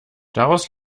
daraus